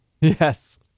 Yes